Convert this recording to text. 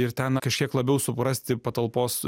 ir ten kažkiek labiau suprasti patalpos